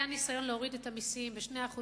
היה ניסיון להוריד את המסים ב-2%,